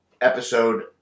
episode